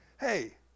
Hey